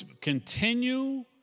Continue